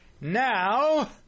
Now